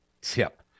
tip